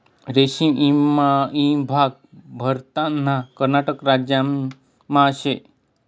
रेशीम ईभाग भारतना कर्नाटक राज्यमा शे